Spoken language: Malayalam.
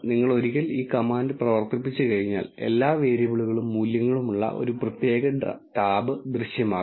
നിങ്ങൾ ഒരിക്കൽ ഈ കമാൻഡ് പ്രവർത്തിപ്പിച്ചുകഴിഞ്ഞാൽ എല്ലാ വേരിയബിളുകളും മൂല്യങ്ങളും ഉള്ള ഒരു പ്രത്യേക ടാബ് ദൃശ്യമാകും